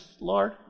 Lord